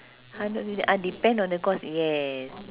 hundred fift~ ah depends on the course yes